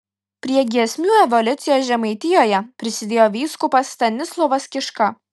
prie giesmių evoliucijos žemaitijoje prisidėjo vyskupas stanislovas kiška